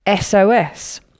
SOS